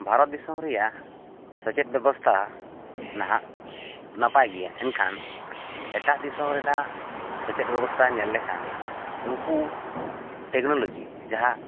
ᱵᱷᱟᱨᱚᱛ ᱫᱤᱥᱚᱢ ᱨᱮᱭᱟᱜ ᱥᱮᱪᱮᱫ ᱵᱮᱵᱚᱥᱛᱟ ᱱᱟᱦᱟᱜ ᱱᱟᱯᱟᱭ ᱜᱮᱭᱟ ᱮᱱᱠᱟᱷᱟᱱ ᱮᱴᱟᱜ ᱫᱤᱥᱚᱢ ᱨᱮᱱᱟᱜ ᱥᱮᱪᱮᱫ ᱵᱮᱵᱚᱥᱛᱟ ᱧᱮᱞ ᱞᱮᱠᱷᱟᱱ ᱩᱱᱠᱩ ᱴᱮᱠᱱᱚᱞᱚᱡᱤ ᱡᱟᱦᱟᱸ